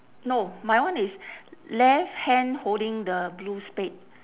no my one is left hand holding the blue spade